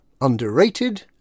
underrated